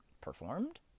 performed